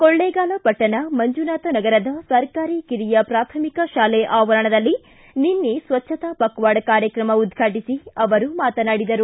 ಕೊಳ್ಳೇಗಾಲ ಪಟ್ಟಣ ಮಂಜುನಾಥ ನಗರದ ಸರ್ಕಾರಿ ಕಿರಿಯ ಪ್ರಾಥಮಿಕ ತಾಲೆ ಆವರಣದಲ್ಲಿ ನಿನ್ನೆ ಸ್ವಚ್ಚತಾ ಪಖ್ವಾಡ್ ಕಾರ್ಯಕ್ರಮ ಉದ್ವಾಟಸಿ ಅವರು ಮಾತನಾಡಿದರು